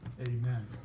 Amen